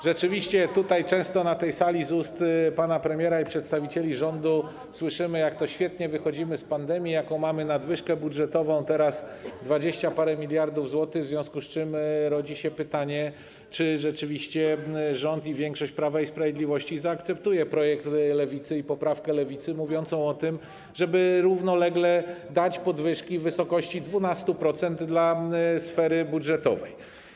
Rzeczywiście tutaj, na tej sali często z ust pana premiera i przedstawicieli rządu słyszymy, jak to świetnie wychodzimy z pandemii, jaką mamy nadwyżkę budżetową, teraz dwadzieścia parę miliardów złotych, w związku z czym rodzi się pytanie, czy rzeczywiście rząd i większość Prawa i Sprawiedliwości zaakceptują projekt Lewicy i poprawkę Lewicy mówiącą o tym, żeby równolegle dać podwyżki w wysokości 12% sferze budżetowej.